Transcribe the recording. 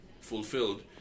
fulfilled